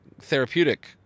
therapeutic